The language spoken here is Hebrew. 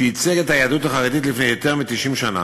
שייצג את היהדות החרדית לפני יותר מ-90 שנה,